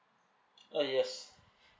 uh yes